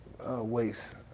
waste